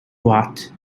watt